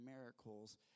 miracles